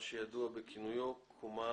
מה שידוע בכינויו "קומה